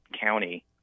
county